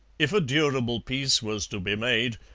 if a durable peace was to be made,